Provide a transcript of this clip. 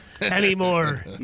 Anymore